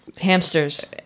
Hamsters